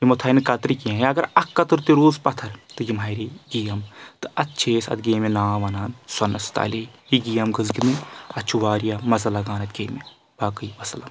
یِمو تھاینہٕ کترِ کینٛہہ یا اَگَر اکھ کَتٕر تہِ روٗز پَتھَر تہٕ یِم ہارے گیم تہٕ اتھ چھِ أسۍ اتھ گیمہِ ناو ونان سۄنس تعلے یہِ گیم گٔژھ گِندٕن اتھ چھُ واریاہ مزٕ لگان اتھ گیمہِ باقٕے وَسَلام